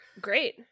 Great